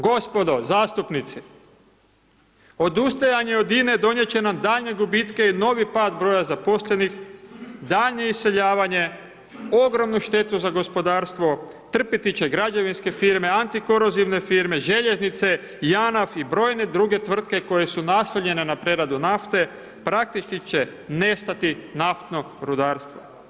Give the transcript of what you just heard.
Gospodo zastupnici odustajanje od INA-e donijeti će nam daljnje gubitke i novi pad broja zaposlenih, daljnje iseljavanje, ogromnu štetu za gospodarstvo, trpjeti će građevinske firme, antikorozivne firme, željeznice, JANAF i brojne druge tvrtke koje su naslonjene na preradu nafte, praktički će nestati naftnog rudarstva.